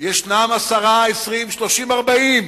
יש עשרה, 20, 30, 40,